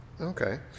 okay